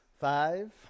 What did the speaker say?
Five